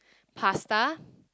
pasta